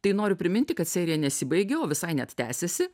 tai noriu priminti kad serija nesibaigė o visai net tęsiasi